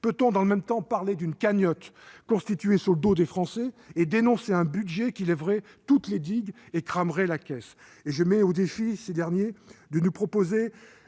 Peut-on, dans le même temps, parler d'une cagnotte constituée sur le dos des Français et dénoncer un budget qui ferait sauter toutes les digues et « cramerait la caisse »? Je mets nos détracteurs au défi de nous proposer